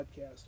podcast